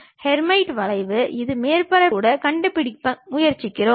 Hermite வளைவு இது மேற்பரப்பில் கூட கண்டுபிடிக்க முயற்சிக்கிறோம்